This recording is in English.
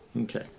Okay